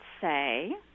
say